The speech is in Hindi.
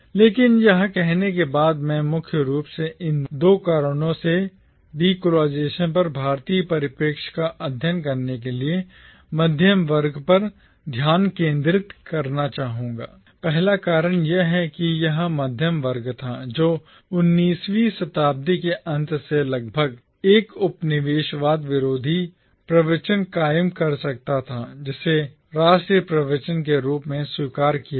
लेकिन यह कहने के बाद भी मैं मुख्य रूप से इन दो कारणों से डीकोलाइजेशन पर भारतीय परिप्रेक्ष्य का अध्ययन करने के लिए मध्यवर्ग पर ध्यान केंद्रित करना चाहूंगा पहला कारण यह है कि यह मध्यम वर्ग था जो 19 वीं शताब्दी के अंत से लगभग एक उपनिवेशवाद विरोधी प्रवचन कायम कर सकता था जिसे राष्ट्रीय प्रवचन के रूप में स्वीकार किया गया